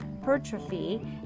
hypertrophy